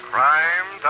Crime